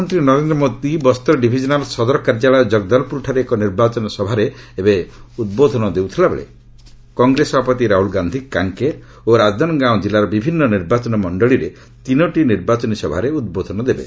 ପ୍ରଧାନମନ୍ତ୍ରୀ ନରେନ୍ଦ୍ର ମୋଦି ବସ୍ତର ଡିଭିଜନାଲ୍ ସଦର କାର୍ଯ୍ୟାଳୟ ଜଗଦଳପୁରଠାରେ ଏକ ନିର୍ବାଚନୀ ସଭାରେ ଏବେ ଉଦ୍ବୋଧନ ଦେଉଥିବାବେଳେ କଂଗ୍ରେସ ସଭାପତି ରାହ୍ରଲ୍ ଗାନ୍ଧି କାଙ୍କେର୍ ଓ ରାଜନନ୍ଦଗାଓଁ କିଲ୍ଲାର ବିଭିନ୍ନ ନିର୍ବାଚନ ମଣ୍ଡଳିରେ ତିନୋଟି ନିର୍ବାଚନୀ ସଭାରେ ଉଦ୍ବୋଧନ ଦେବେ